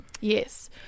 Yes